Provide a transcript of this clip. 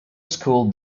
school